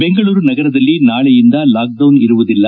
ಬೆಂಗಳೂರು ನಗರದಲ್ಲಿ ನಾಳೆಯಿಂದ ಲಾಕ್ಡೌನ್ ಇರುವುದಿಲ್ಲ